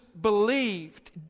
believed